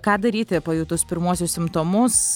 ką daryti pajutus pirmuosius simptomus